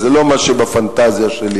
זה לא מה שבפנטזיה שלי,